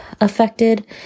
affected